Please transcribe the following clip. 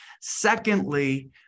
Secondly